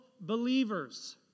believers